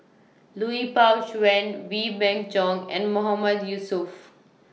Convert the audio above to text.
Lui Pao Chuen Wee Beng Chong and Mahmood Yusof